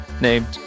named